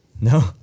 No